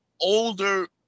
older